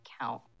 count